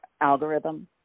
algorithm